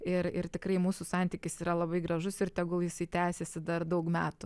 ir ir tikrai mūsų santykis yra labai gražus ir tegul jisai tęsiasi dar daug metų